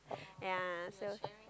ya so